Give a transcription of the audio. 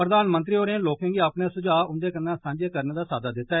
प्रधानमंत्री होरें लोकें गी अपने सुझा उन्दे कन्नै सांझे करने दा साद्दा दित्ता